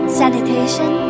sanitation